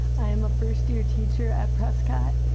i am a first year teacher at prescott.